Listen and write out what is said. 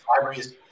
libraries